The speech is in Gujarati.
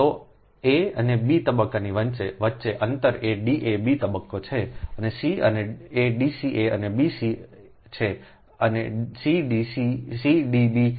તો a અને b તબક્કો વચ્ચેનું અંતર એ D ab તબક્કો છે અને c એ D ca અને bc છે અને c D b c D b c છે